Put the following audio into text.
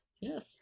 Yes